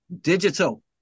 Digital